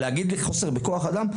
להגיד לי חוסר בכוח אדם?